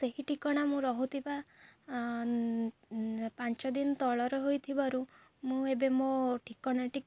ସେହି ଠିକଣା ମୁଁ ରହୁଥିବା ପାଞ୍ଚ ଦିନ ତଳର ହୋଇଥିବାରୁ ମୁଁ ଏବେ ମୋ ଠିକଣାଟି